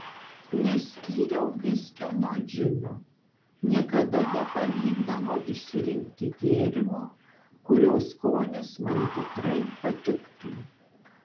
neskyriau viskio nuo džino niekada nepavykdavo išsirinkti gėrimo kurio skonis man tikrai patiktų